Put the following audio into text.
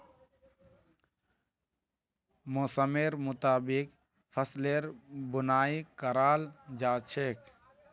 मौसमेर मुताबिक फसलेर बुनाई कराल जा छेक